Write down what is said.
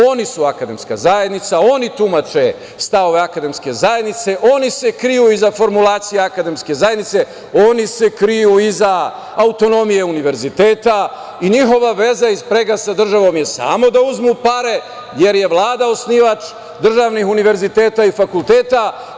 Oni su akademska zajednica, oni tumače stavove akademske zajednice, oni se kriju iza formulacije akademske zajednice, oni se kriju iza autonomije univerziteta i njihova veza i sprega sa državom je samo da uzmu pare, jer je Vlada osnivač državnih univerziteta i fakulteta.